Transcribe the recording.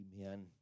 Amen